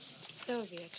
Sylvia